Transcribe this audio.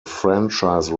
franchise